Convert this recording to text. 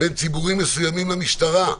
בין ציבורים מסוימים למשטרה.